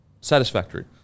satisfactory